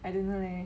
I don't know leh